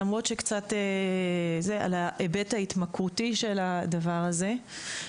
על ההיבט ההתמכרותי של הדבר הזה.